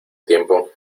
tiempo